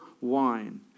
wine